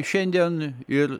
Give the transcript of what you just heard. šiandien ir